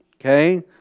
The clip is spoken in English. okay